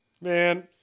Man